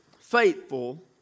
faithful